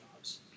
jobs